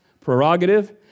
prerogative